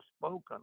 spoken